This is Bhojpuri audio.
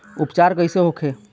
उपचार कईसे होखे?